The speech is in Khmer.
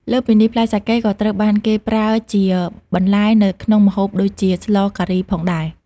លើសពីនេះ ផ្លែសាកេក៏ត្រូវបានគេប្រើជាបន្លែនៅក្នុងម្ហូបដូចជា ស្លការីផងដែរ។